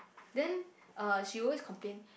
then uh she will always complain